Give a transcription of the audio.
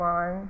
on